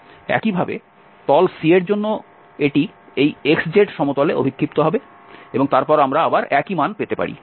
একইভাবে তল C এর জন্য এটি এই xz সমতলে অভিক্ষিপ্ত হবে এবং তারপর আমরা আবার একই মান পেতে পারি